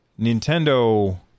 Nintendo